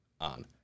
on